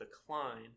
decline